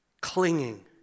clinging